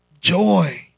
joy